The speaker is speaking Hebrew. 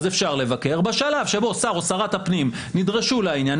אז אפשר לבקר בשלב שבו שר אוצר או שרת הפנים נדרשו לעניין,